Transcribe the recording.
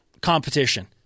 competition